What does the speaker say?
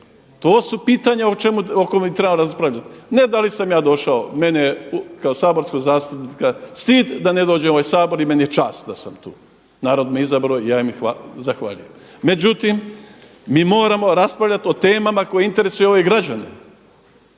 To su pitanja o čemu, o kojima mi trebamo raspravljati. Ne da li sam ja došao, mene je kao saborskog zastupnika stid da ne dođem u ovaj Sabor i meni je čast da sam tu. Narod me izabrao i ja im zahvaljujem. Međutim, mi moramo raspravljati o temama koje interesiraju ove građane.